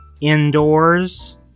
indoors